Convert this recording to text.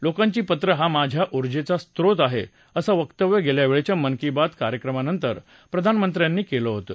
लोकांची पत्र हा माझ्या ऊर्जेचा स्रोत आहे असं वक्तव्य गेल्या वेळच्या मन की बात कार्यक्रमा नंतर प्रधानमंत्र्यांनी केलं होतं